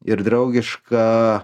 ir draugiška